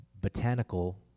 botanical